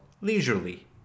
leisurely